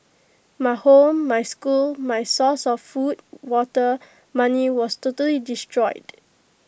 my home my school my source of food water money was totally destroyed